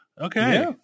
Okay